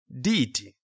deity